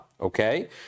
Okay